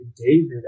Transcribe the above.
David